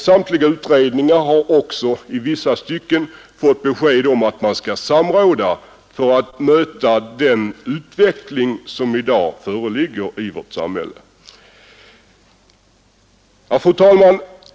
Samtliga utredningar har också i vissa stycken fått direktiv om att de skall samråda för att möta den nuvarande utvecklingen i vårt samhälle. Fru talman!